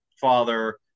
father